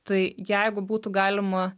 tai jeigu būtų galima